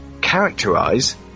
Characterize